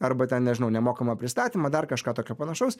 arba ten nežinau nemokamą pristatymą dar kažką tokio panašaus